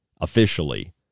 officially